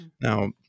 now